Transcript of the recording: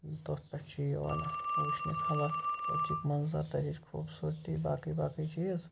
تَتھ پٮ۪ٹھ چھِ یِوان وٕچھنہِ خلق منظر تَتٕچ خوٗبصوٗرتی باقٕے باقٕے چیٖز